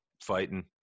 fighting